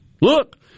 Look